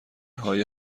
های